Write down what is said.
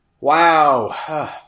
Wow